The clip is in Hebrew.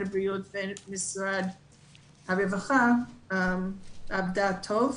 הבריאות לבין משרד הרווחה עובד טוב.